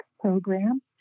program